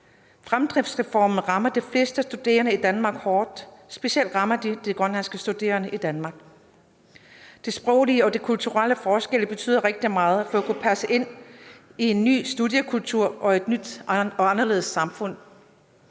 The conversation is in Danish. Fremdriftsreformen rammer de fleste studerende i Danmark hårdt, specielt rammer den de grønlandske studerende i Danmark. De sproglige og kulturelle forskelle betyder rigtig meget for at kunne passe ind i en ny studiekultur og i et nyt og anderledes samfund.